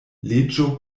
leĝo